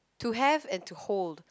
to have and to hold